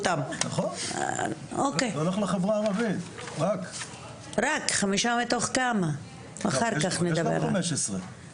מעבר, דרך מקורות מידע מהמשרד